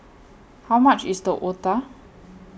How much IS The Otah